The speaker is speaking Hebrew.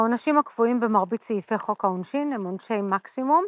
העונשים הקבועים במרבית סעיפי חוק העונשין הם עונשי מקסימום.